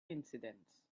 incidents